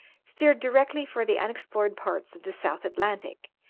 steered directly for the unexplored parts of the south atlantic,